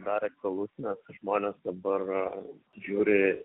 dar aktualus nes žmonės dabar žiūri